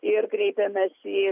ir kreipėmės į